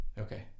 Okay